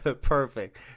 Perfect